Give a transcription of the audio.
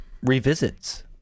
revisits